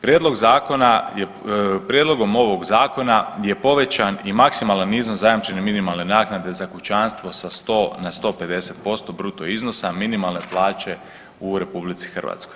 Prijedlog zakona je, prijedlogom ovog zakona je povećan i maksimalan iznos zajamčene minimalne naknade za kućanstvo sa 100 na 150% bruto iznosa minimalne plaće u RH.